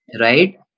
right